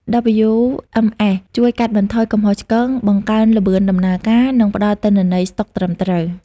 WMS ជួយកាត់បន្ថយកំហុសឆ្គង បង្កើនល្បឿនដំណើរការ និងផ្តល់ទិន្នន័យស្តុកត្រឹមត្រូវ។